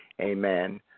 Amen